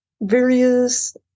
various